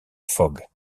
fogg